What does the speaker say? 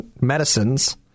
medicines